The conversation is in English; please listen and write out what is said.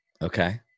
Okay